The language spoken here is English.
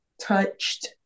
touched